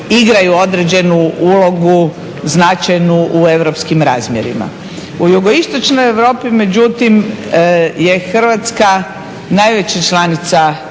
igraju određenu ulogu značajnu u europskim razmjerima. U jugoistočnoj Europi međutim je Hrvatska najveća članica EU koja